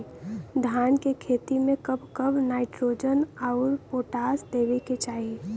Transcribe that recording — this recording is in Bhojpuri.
धान के खेती मे कब कब नाइट्रोजन अउर पोटाश देवे के चाही?